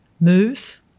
move